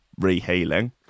re-healing